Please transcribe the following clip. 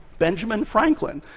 benjamin franklin,